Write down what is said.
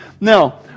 Now